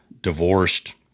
divorced